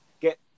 get